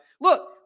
look